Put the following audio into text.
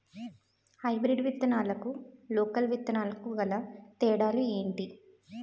Hybrid విత్తనాలకు local విత్తనాలకు గల తేడాలు ఏంటి?